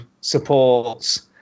supports